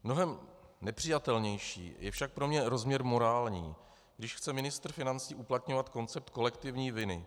Mnohem nepřijatelnější je však pro mě rozměr morální, když chce ministr financí uplatňovat koncept kolektivní viny.